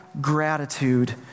gratitude